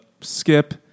Skip